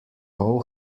pol